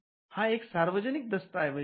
हा एक सार्वजनिक दस्तऐवज आहे